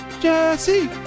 Jesse